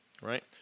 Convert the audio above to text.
right